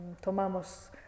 tomamos